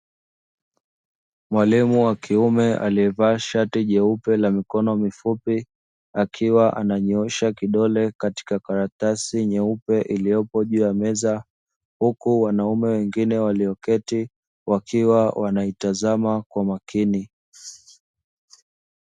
Mwalimu wa kiume aliyevaa shati jeupe la mikono mifupi akiwa ananyoosha kidole katika karatasi nyeupe iliyopo juu ya meza, huku wanaume wengine walioketi wakiwa wanaitazama kwa makini.